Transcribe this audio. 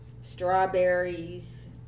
strawberries